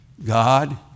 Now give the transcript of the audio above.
God